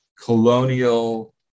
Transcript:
colonial